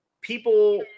people